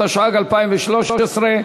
התשע"ג 2013,